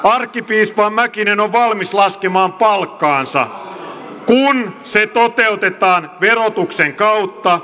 arkkipiispa mäkinen on valmis laskemaan palkkaansa kun se toteutetaan verotuksen kautta